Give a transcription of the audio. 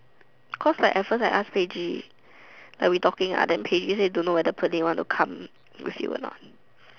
because like at first like I ask Paige like we talking then Paige say don't know whether Pearlyn want to come with you or not